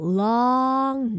long